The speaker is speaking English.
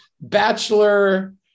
bachelor